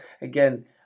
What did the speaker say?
again